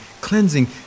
cleansing